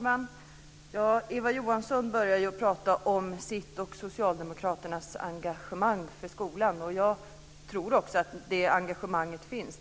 Fru talman! Eva Johansson börjar tala om sitt och Socialdemokraternas engagemang för skolan. Jag tror att det engagemanget finns.